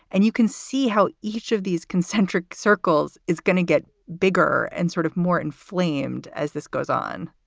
and you can see how each of these concentric circles is going to get bigger and sort of more inflamed as this goes on